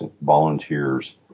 volunteers